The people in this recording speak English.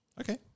Okay